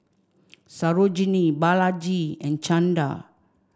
Sarojini Balaji and Chanda